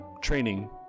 training